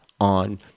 on